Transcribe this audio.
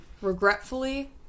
regretfully